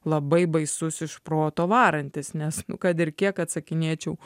labai baisus iš proto varantis nes nu kad ir kiek atsakinėčiau